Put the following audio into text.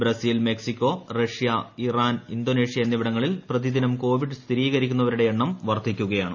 Brazil Mexico Russia Iran Indonesia എന്നിവിടങ്ങളിൽ പ്രതിദിനം Covid സ്ഥിരീകരിക്കുന്നവരുടെ എണ്ണം വർധിക്കുകയാണ്